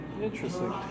Interesting